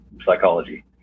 psychology